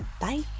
Bye